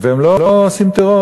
והם לא עושים טרור,